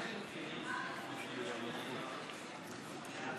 1 לא נתקבלה.